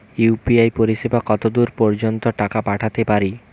UPI পরিসেবা কতদূর পর্জন্ত টাকা পাঠাতে পারি?